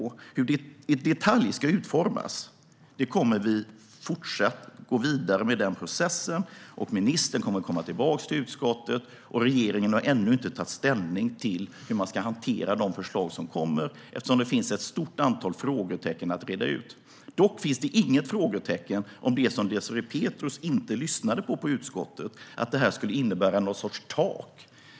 När det gäller hur detta i detalj ska utformas kommer vi att gå vidare med denna process. Ministern kommer att komma tillbaka till utskottet. Och regeringen har ännu inte tagit ställning till hur man ska hantera de förslag som kommer, eftersom det finns ett stort antal frågetecken att räta ut. Det finns dock inget frågetecken att räta ut om det som Désirée Pethrus inte lyssnade på i utskottet, nämligen att detta skulle innebära någon sorts tak.